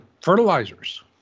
fertilizers